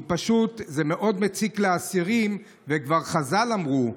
כי פשוט זה מאוד מציק לאסירים, וכבר חז"ל אמרו: